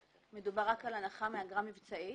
אגרות מדובר רק על הנחה מאגרה מבצעית.